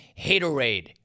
Haterade